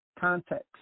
context